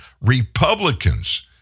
Republicans